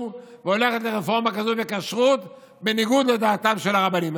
והולכת על רפורמה כזאת בכשרות בניגוד לדעתם של הרבנים.